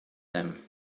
them